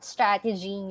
Strategy